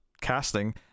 casting